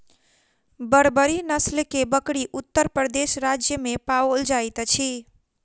बर्बरी नस्ल के बकरी उत्तर प्रदेश राज्य में पाओल जाइत अछि